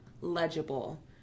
legible